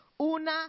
una